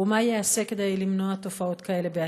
3. מה ייעשה כדי למנוע תופעות כאלה בעתיד?